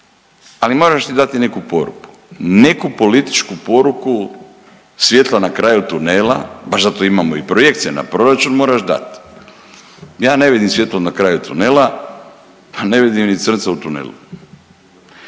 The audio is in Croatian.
ali moraš si dati neku poruku, neku političku poruku svjetla na kraju tunela. Baš zato imamo i projekcije na proračun moraš dat. Ja ne vidim svjetlo na kraju tunela, pa ne vidim nit srce u tunelu,